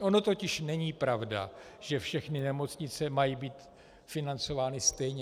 Ono totiž není pravda, že všechny nemocnice mají být financovány stejně.